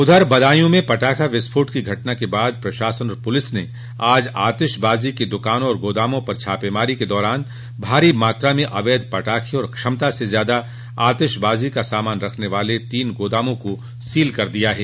उधर बदायूं में पटाखा विस्फोट की घटना के बाद प्रशासन और पुलिस ने आज आतिशबाजो की दुकानों और गोदामों पर छापेमारी के दौरान भारी मात्रा में अवैध पटाखें और क्षमता से ज्यादा आतिशबाजो का सामान रखने वाले तीन गोदामों को सील कर दिया है